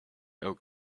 oak